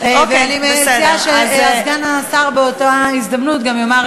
ואני מציעה שסגן השר באותה הזדמנות גם יאמר,